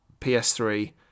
PS3